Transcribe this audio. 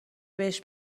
بهش